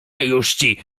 jużci